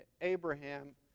Abraham